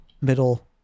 middle